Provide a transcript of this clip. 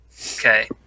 Okay